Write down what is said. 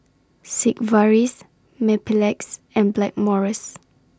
Sigvaris Mepilex and Blackmores